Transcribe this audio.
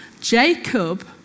Jacob